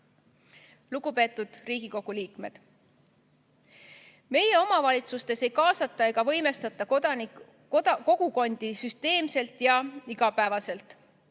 järelkasv. Lugupeetud Riigikogu liikmed! Meie omavalitsustes ei kaasata ega võimestata kogukondi süsteemselt ja igapäevaselt.